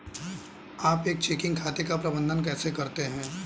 आप एक चेकिंग खाते का प्रबंधन कैसे करते हैं?